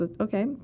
okay